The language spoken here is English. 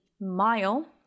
mile